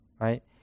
Right